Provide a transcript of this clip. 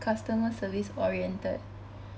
customer service oriented